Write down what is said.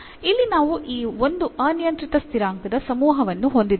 ಇಲ್ಲಿ ನಾವು ಈ ಒಂದು ಅನಿಯಂತ್ರಿತ ಸ್ಥಿರಾಂಕದ ಸಮೂಹವನ್ನು ಹೊಂದಿದ್ದೇವೆ